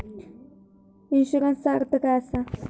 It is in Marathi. इन्शुरन्सचो अर्थ काय असा?